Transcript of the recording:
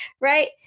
right